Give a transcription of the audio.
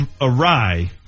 awry